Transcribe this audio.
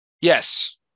Yes